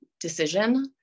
decision